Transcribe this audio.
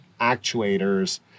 actuators